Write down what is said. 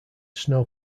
snow